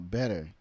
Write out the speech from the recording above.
better